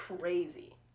crazy